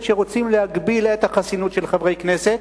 שרוצים להגביל את החסינות של חברי כנסת,